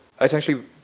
essentially